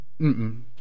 Mm-mm